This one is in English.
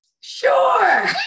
Sure